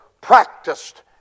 practiced